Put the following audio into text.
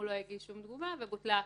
הוא לא הגיש שום תגובה ובוטלה ההכרה.